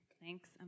Thanks